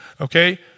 okay